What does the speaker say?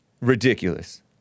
Ridiculous